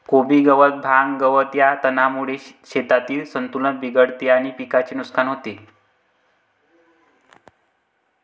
कोबी गवत, भांग, गवत या तणांमुळे शेतातील संतुलन बिघडते आणि पिकाचे नुकसान होते